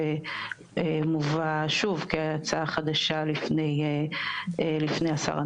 מובא שוב כהצעה חדשה לפני השר הנכנס.